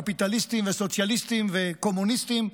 קפיטליסטים וסוציאליסטים וקומוניסטים,